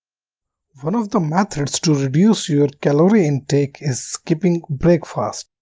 one of the methods to reduce your calorie intake is skipping breakfast.